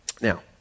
Now